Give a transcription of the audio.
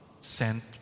sent